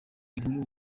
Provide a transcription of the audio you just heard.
inkuru